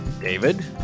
david